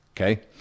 okay